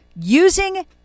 using